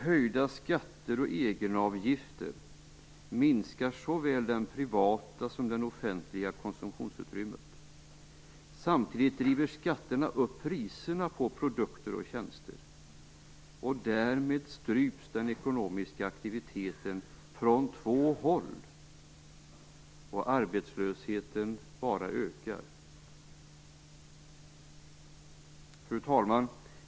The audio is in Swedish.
Höjda skatter och egenavgifter minskar såväl det privata som det offentliga konsumtionsutrymmet. Samtidigt driver skatterna upp priserna på produkter och tjänster. Därmed stryps den ekonomiska aktiviteten från två håll, och arbetslösheten bara ökar. Fru talman!